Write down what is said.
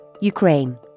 Ukraine